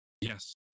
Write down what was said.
Yes